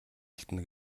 алдана